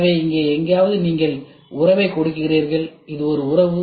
எனவே இங்கே எங்காவது நீங்கள் உறவைக் கொடுக்கிறீர்கள் இது ஒரு உறவு